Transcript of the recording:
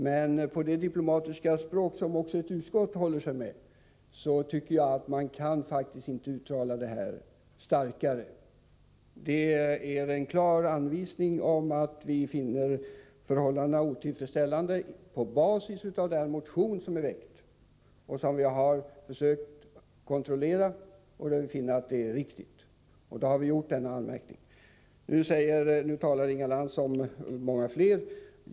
Men på det diplomatiska språk som även ett utskott håller sig med kan man faktiskt inte uttala detta starkare. Utskottet ger en klar anvisning om att det finner förhållandena otillfredsställande på basis av den motion som har väckts och som jag har kontrollerat och funnit riktig. Nu talar Inga Lantz om många flera indikationer.